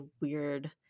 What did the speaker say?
weird